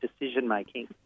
decision-making